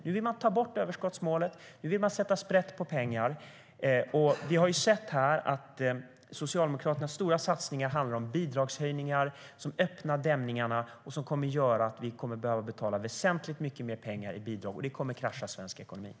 Nu vill man ta bort överskottsmålet och sätta sprätt på pengar.